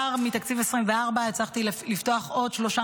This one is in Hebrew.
כבר מתקציב 2024 הצלחתי לפתוח עוד שלושה